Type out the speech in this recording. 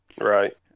Right